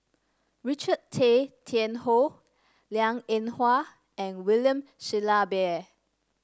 Richard Tay Tian Hoe Liang Eng Hwa and William Shellabear